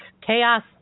chaos